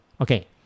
okay